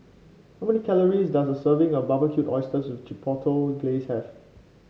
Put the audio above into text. how many calories does a serving of Barbecued Oysters with Chipotle Glaze have